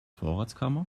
vorratskammer